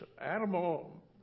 animal